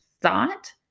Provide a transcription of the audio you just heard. thought